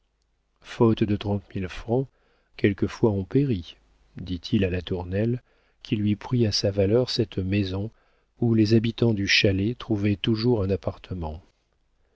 faute de trente mille francs quelquefois on périt dit-il à latournelle qui lui prit à sa valeur cette maison où les habitants du chalet trouvaient toujours un appartement